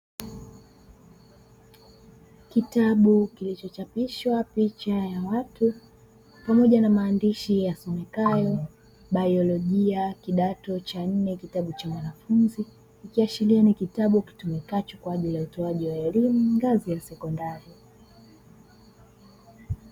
Kitabu kilicho chapishwa picha ya watu pamoja na maandishi yasomekayo "Baiolojia kidato cha nne kitabu cha mwanafunzi ", ikiashiria ni kitabu kutumikacho kwajili ya utoaji wa elimu ngazi ya sekondari.